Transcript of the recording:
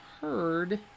heard